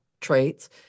traits